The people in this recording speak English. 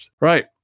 right